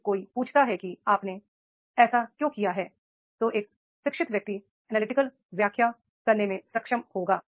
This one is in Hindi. यदि कोई पूछता है कि आपने ऐसा क्यों किया है तो एक शिक्षित व्यक्ति एनालिटिकल व्याख्या करने में सक्षम होगा